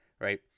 right